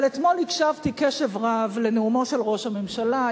אבל אתמול הקשבתי בקשב רב לנאומו של ראש הממשלה.